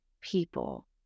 people